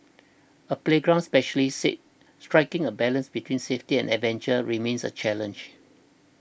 a playground specialist said striking a balance between safety and adventure remains a challenge